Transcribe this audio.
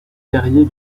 terrier